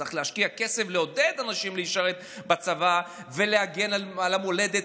שצריך להשקיע כסף כדי לעודד אנשים לשרת בצבא ולהגן על המולדת,